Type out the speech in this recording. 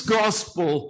gospel